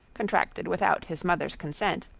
contracted without his mother's consent,